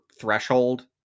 threshold